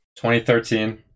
2013